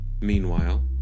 Meanwhile